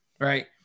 right